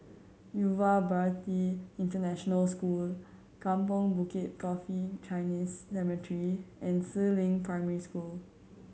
Yuva Bharati International School Kampong Bukit Coffee Chinese Cemetery and Si Ling Primary School